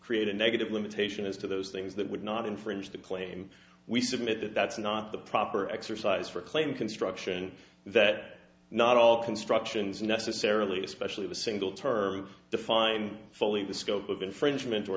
create a negative limitation as to those things that would not infringe the claim we submit that that's not the proper exercise for claim construction that not all constructions necessarily especially the single term define fully the scope of infringement or